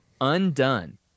undone